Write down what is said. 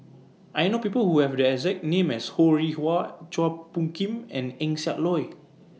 I know People Who Have The exact name as Ho Rih Hwa Chua Phung Kim and Eng Siak Loy